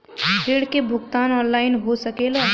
ऋण के भुगतान ऑनलाइन हो सकेला?